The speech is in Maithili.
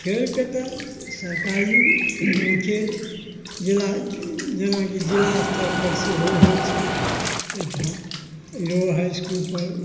खेलके तऽ सरकारीके जेना जेनाकि जिला स्तरपर सेहो होइ छै एहिठाम ईहो हाइ स्कूलपर